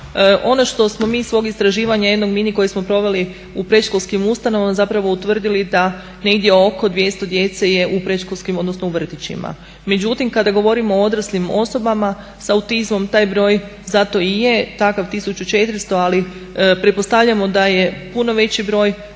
Ono što smo mi iz jednog svog istraživanja mini koje smo proveli u predškolskim ustanovama zapravo utvrdili da negdje oko 200 djece je u predškolskim odnosno u vrtićima. Međutim kada govorimo o odraslim osobama sa autizmom taj broj zato i je takav 1400, ali pretpostavljamo da je puno veći broj